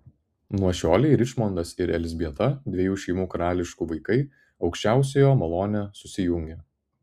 nuo šiolei ričmondas ir elzbieta dviejų šeimų karališkų vaikai aukščiausiojo malone susijungia